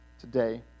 today